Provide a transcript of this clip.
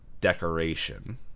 decoration